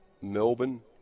Melbourne